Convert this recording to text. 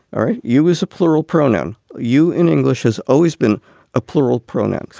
all right. you as a plural pronoun. you in english has always been a plural pronoun.